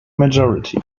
majority